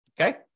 okay